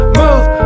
move